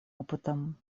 опытом